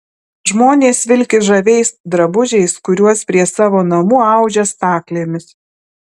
žmonės vilki žaviais drabužiais kuriuos prie savo namų audžia staklėmis